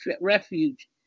refuge